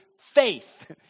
Faith